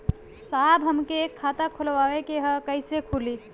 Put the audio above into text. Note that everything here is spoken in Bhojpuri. साहब हमके एक खाता खोलवावे के ह कईसे खुली?